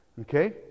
okay